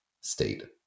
state